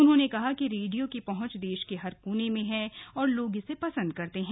उन्होंने कहा कि रेडियो की पहुंच देश के हर कोने में है और लोग इसे पसंद करते हैं